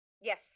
Yes